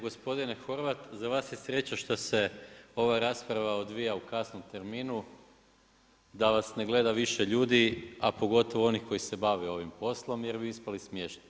Gospodine Horvat za vas je sreća što se ova rasprava odvija u kasnom terminu da vas ne gleda više ljudi a pogotovo onih koji se bave ovim poslom jer bi ispali smiješni.